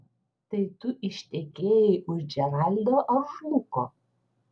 tai tu ištekėjai už džeraldo ar už luko